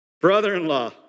Brother-in-law